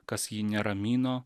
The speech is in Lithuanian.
kas jį neramino